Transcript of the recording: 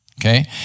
okay